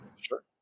Sure